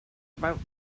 about